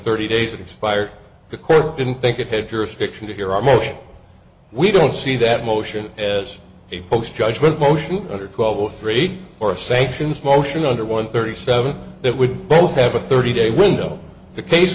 thirty days expired the court didn't think it had jurisdiction to hear our motion we don't see that motion as a post judgment motion under twelve zero three or sanctions motion under one thirty seven that would both have a thirty day window the case